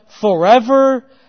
forever